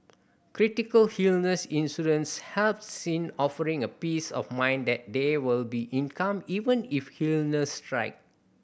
critical illness insurance helps in offering a peace of mind that there will be income even if illness strike